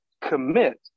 commit